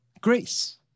Grace